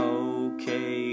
okay